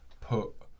put